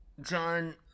John